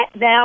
now